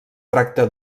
tracta